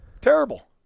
Terrible